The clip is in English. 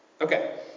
Okay